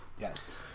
Yes